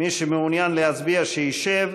מי שמעוניין להצביע, שישב.